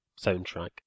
soundtrack